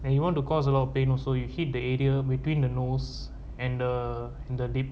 and you want to cause a lot of pain also you hit the area between the nose and the the